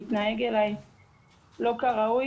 מתנהג אלי לא כראוי,